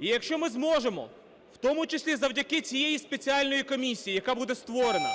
І якщо ми зможемо, в тому числі завдяки цієї спеціальної комісії, яка буде створена,